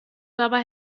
dabei